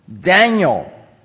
Daniel